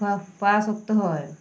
পা পা শক্ত হয়